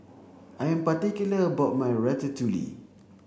I am particular about my Ratatouille